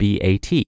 BAT